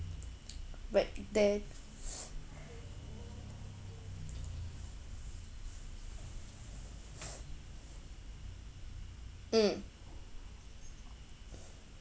but there mm